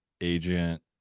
agent